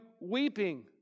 weeping